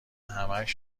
همش